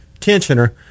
tensioner